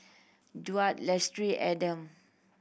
Daud Lestari Adam